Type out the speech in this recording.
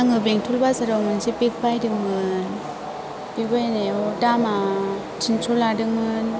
आङो बेंटल बाजाराव मोनसे बेग बायदोंमोन बेग बायनायाव दामा तिनस' लादोंमोन